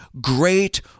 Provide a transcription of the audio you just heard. great